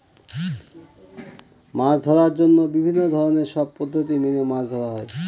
মাছ ধরার জন্য বিভিন্ন ধরনের সব পদ্ধতি মেনে মাছ ধরা হয়